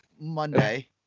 Monday